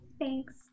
Thanks